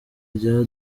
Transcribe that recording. rya